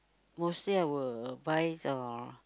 mostly I will buy the